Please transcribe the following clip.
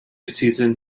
season